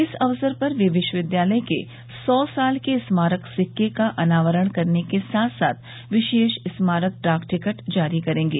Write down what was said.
इस अवसर पर वे विश्वविद्यालय के सौ साल के स्मारक सिक्के का अनावरण करने के साथ साथ विशेष स्मारक डाक टिकट जारी करेंगे